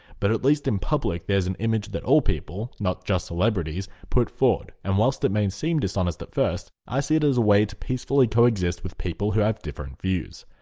but at least in public there is an image that all people, not just celebrities, put forward and whilst it may seem dishonest at first, i see it as a way to peacefully co-exist with people who have different views.